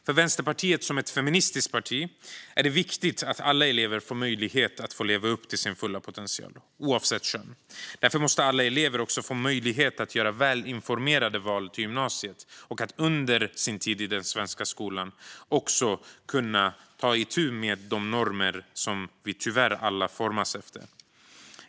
För Vänsterpartiet som ett feministiskt parti är det viktigt att alla elever får möjlighet att leva upp till sin fulla potential, oavsett kön. Därför måste alla elever få möjlighet att göra välinformerade val till gymnasiet. Under sin tid i den svenska skolan ska de också kunna ta itu med de normer som vi tyvärr alla formas efter.